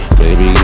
baby